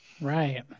Right